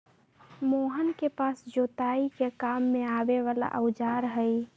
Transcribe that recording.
मोहन के पास जोताई के काम में आवे वाला औजार हई